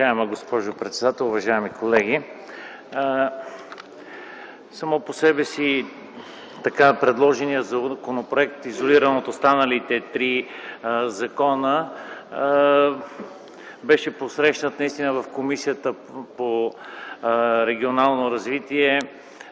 Уважаема госпожо председател, уважаеми колеги! Сам по себе си предложеният законопроект, изолиран от останалите три закона, беше посрещнат наистина в Комисията по регионална политика